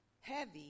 heavy